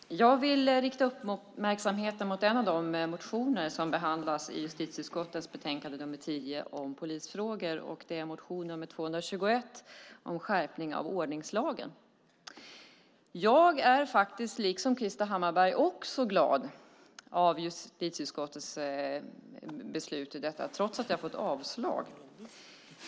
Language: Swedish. Herr talman! Jag vill rikta uppmärksamheten mot en av de motioner som behandlas i justitieutskottets betänkande nr 10 om polisfrågor, och det är motion nr 221 om skärpning av ordningslagen. Jag är, liksom Krister Hammarbergh, glad över justitieutskottets beslut om detta, trots att jag har fått avslag.